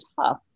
tough